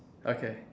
okay